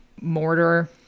mortar